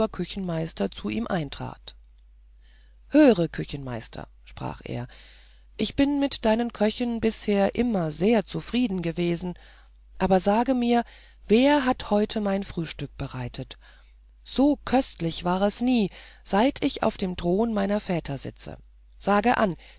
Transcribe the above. oberküchenmeister zu ihm eintrat höre küchenmeister sprach er ich bin mit deinen köchen bisher immer sehr zufrieden gewesen aber sage mir wer hat heute mein frühstück bereitet so köstlich war es nie seit ich auf dem thron meiner väter sitze sage an